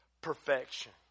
Perfection